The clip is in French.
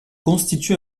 constitue